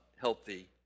healthy